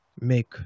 make